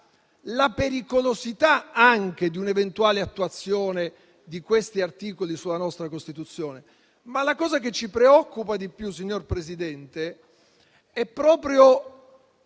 la pericolosità di un'eventuale attuazione di questi articoli sulla nostra Costituzione, ma la cosa che ci preoccupa di più, signor Presidente, è proprio